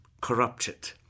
corrupted